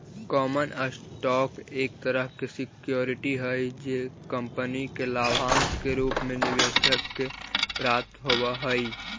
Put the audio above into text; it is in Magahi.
कॉमन स्टॉक एक तरह के सिक्योरिटी हई जे कंपनी के लाभांश के रूप में निवेशक के प्राप्त होवऽ हइ